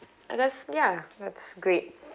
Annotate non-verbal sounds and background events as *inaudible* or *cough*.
I guess ya that's great *noise*